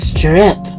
Strip